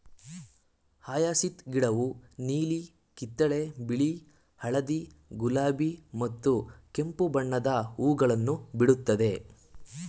hyacinth ಗಿಡವು ನೀಲಿ, ಕಿತ್ತಳೆ, ಬಿಳಿ, ಹಳದಿ, ಗುಲಾಬಿ ಮತ್ತು ಕೆಂಪು ಬಣ್ಣದ ಹೂಗಳನ್ನು ಬಿಡುತ್ತದೆ